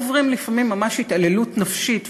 עוברים לפעמים ממש התעללות נפשית,